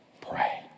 pray